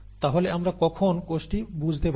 তাহলে আমরা কখন কোষটি বুঝতে পারি